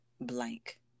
Blank